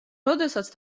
როდესაც